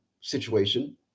situation